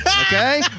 Okay